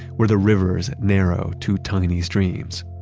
where the rivers narrow to tiny streams.